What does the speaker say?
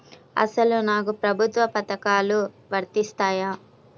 అసలు నాకు ప్రభుత్వ పథకాలు వర్తిస్తాయా?